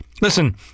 listen